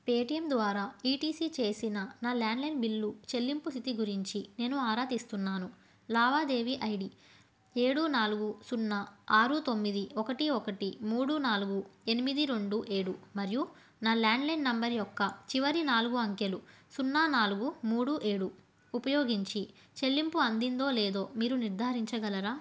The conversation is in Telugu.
పేటీఎం ద్వారా ఈ టీ సీ చేసిన నా ల్యాండ్లైన్ బిల్లు చెల్లింపు స్థితి గురించి నేను ఆరా తీస్తున్నాను లావాదేవీ ఐ డీ ఏడు నాలుగు సున్నా ఆరు తొమ్మిది ఒకటి ఒకటి మూడు నాలుగు ఎనిమిది రెండు ఏడు మరియు నా ల్యాండ్లైన్ నెంబర్ యొక్క చివరి నాలుగు అంకెలు సున్నా నాలుగు మూడు ఏడు ఉపయోగించి చెల్లింపు అందిందో లేదో మీరు నిర్ధారించగలరా